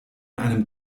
einem